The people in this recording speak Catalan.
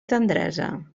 tendresa